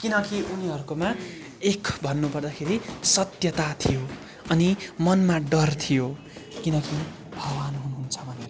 किनकि उनीहरूकोमा एक भन्नु पर्दाखेरि सत्यता थियो अनि मनमा डर थियो किनकि भगवान् हुनुन्छ भनेर